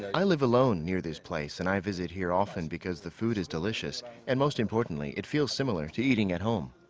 i live alone near this place, and i visit here often because the food is delicious and most importantly, it feels similar to eating at home.